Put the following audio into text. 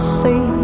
see